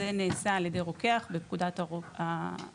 זה נעשה על ידי רוקח בפקודת הרוקחים.